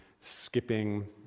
skipping